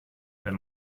wenn